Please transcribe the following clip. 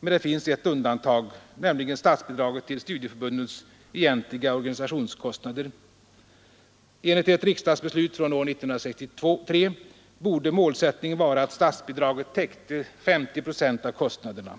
men det finns ett undantag, nämligen statsbidraget till studieförbundens egentliga organisationskostnader. Enligt ett riksdagsbeslut år 1963 borde målsättningen vara att statsbidraget täckte 50 procent av kostnaderna.